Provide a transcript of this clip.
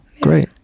great